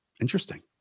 Interesting